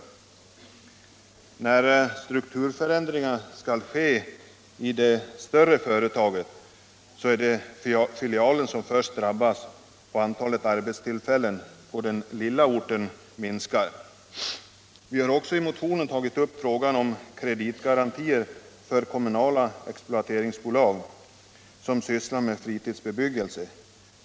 När strukturförändringar skall ske i det större företaget, är det filialen som först drabbas, och antalet arbetstillfällen på den lilla orten minskar. Vi har också i motionen tagit upp frågan om kreditgarantier för kommunala exploateringsbolag som sysslar med fritidsbebyggelse.